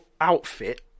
outfit